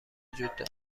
وجود